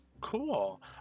Cool